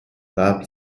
قبل